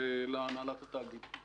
להנהלת התאגיד.